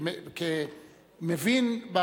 מבין,